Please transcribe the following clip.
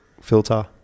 filter